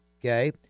Okay